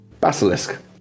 basilisk